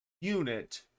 unit